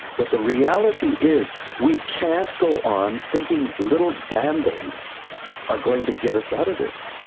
but the reality is we can't go on thinking little bandaids are going to get us out of this.